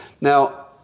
Now